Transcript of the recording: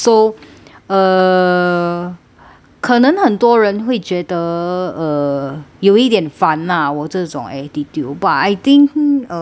uh 可能很多人会觉得 uh 有一点烦 ah 我这种 attitude but thinking uh